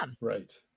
Right